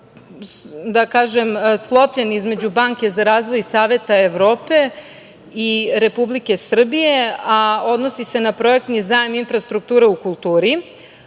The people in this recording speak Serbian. koji je sklopljen između Banke za razvoj Saveta Evrope i Republike Srbije, a odnosi se na Projektni zajam infrastruktura u kulturi.